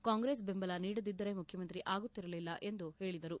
ಕಾಂಗ್ರೆಸ್ ಬೆಂಬಲ ನೀಡದಿದ್ದರೆ ಮುಖ್ಚಮಂತ್ರಿ ಆಗುತ್ತಿರಲ್ಲ ಎಂದು ಹೇಳಿದರು